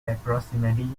approximately